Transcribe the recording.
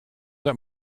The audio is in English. that